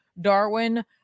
Darwin